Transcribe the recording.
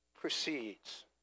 proceeds